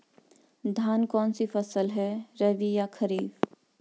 धान कौन सी फसल है रबी या खरीफ?